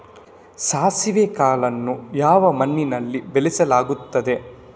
ಸಾಸಿವೆ ಕಾಳನ್ನು ಯಾವ ಮಣ್ಣಿನಲ್ಲಿ ಬೆಳೆಸಲಾಗುತ್ತದೆ?